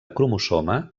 cromosoma